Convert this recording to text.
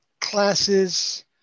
classes